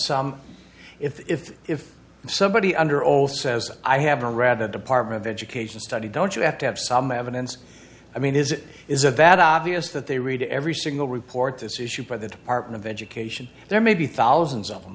some if if somebody under oath says i have a rather department of education study don't you have to have some evidence i mean is it is a valid obvious that they read every single report this issued by the department of education there may be thousands of them